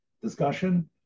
Discussion